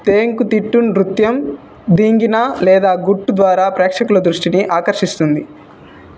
తేంకుతిట్టు నృత్యం ధీంగినా లేదా గుట్టు ద్వారా ప్రేక్షకుల దృష్టిని ఆకర్షిస్తుంది